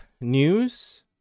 news